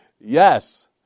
Yes